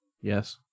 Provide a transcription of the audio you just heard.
Yes